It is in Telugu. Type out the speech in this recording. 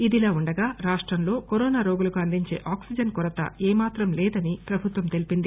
ఇదిలా ఉండగా రాష్టంలో కరోనా రోగులకు అందించే ఆక్సిజన్ కొరత ఏ మాత్రం లేదని ప్రభుత్వం తెలిపింది